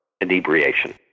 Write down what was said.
inebriation